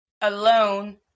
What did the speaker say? alone